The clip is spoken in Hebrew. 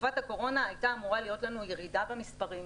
תקופת הקורונה, הייתה אמורה להיות ירידה במספרים.